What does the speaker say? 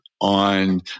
on